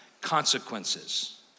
consequences